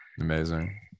Amazing